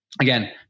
again